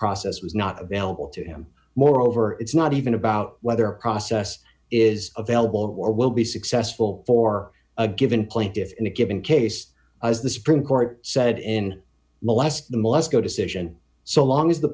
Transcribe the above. process was not available to him moreover it's not even about whether a process is available or will be successful for a given plaintiffs in a given case as the supreme court said in molests the must go decision so long as the